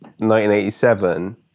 1987